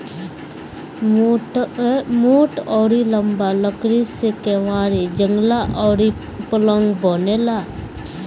मोट अउरी लंबा लकड़ी से केवाड़ी, जंगला अउरी पलंग बनेला